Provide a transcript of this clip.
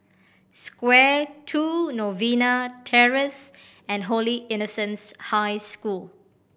Square Two Novena Terrace and Holy Innocents' High School